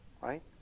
Right